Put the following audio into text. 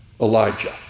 Elijah